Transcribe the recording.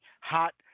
Hot